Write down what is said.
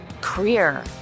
career